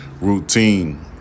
routine